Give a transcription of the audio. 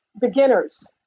beginners